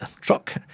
Truck